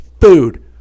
food